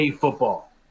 Football